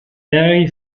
barry